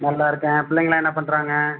நல்லாயிருக்கேன் பிள்ளைங்கலாம் என்ன பண்ணுறாங்க